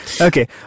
okay